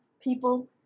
people